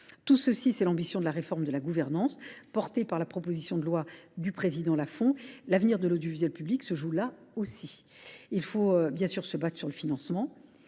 Telle est l’ambition de la réforme de la gouvernance portée par la proposition de loi du président Lafon. L’avenir de l’audiovisuel public se joue aussi là. Il faut bien sûr se battre sur le financement,